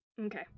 Okay